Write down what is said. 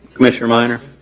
commissioner minor.